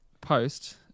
post